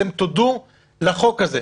אתם תודו לחוק הזה,